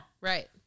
Right